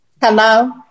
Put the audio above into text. hello